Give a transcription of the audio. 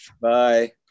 Bye